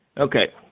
Okay